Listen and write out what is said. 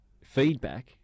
feedback